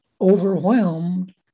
overwhelmed